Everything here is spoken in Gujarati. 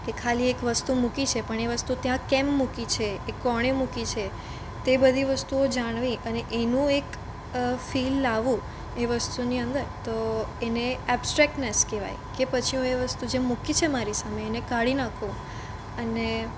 કે ખાલી એક વસ્તુ મૂકી છે પણ એ વસ્તુ ત્યાં કેમ મૂકી છે એ કોણે મૂકી છે તે બધી વસ્તુ જાણવી એનું એક ફીલ લાવવું એ વસ્તુની અંદર તો એને અબ્સ્ટ્રેક્ટનેસ કહેવાય કે પછી હું એ વસ્તુ જે મૂકી છે સામે એને કાઢી નાખું અને